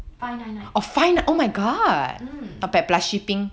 five nine nine mm